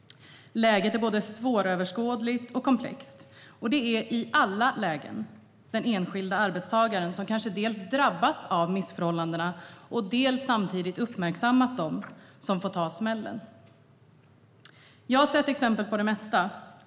Läget är både svåröverskådligt och komplext. Och det är i alla lägen den enskilda arbetstagaren, som dels kanske drabbas av missförhållandena och dels uppmärksammat dem, som får ta smällen. Jag har sett exempel på det mesta.